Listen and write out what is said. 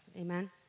amen